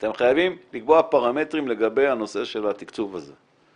אתם חייבים לקבוע פרמטרים לגבי הנושא של התקצוב הזה.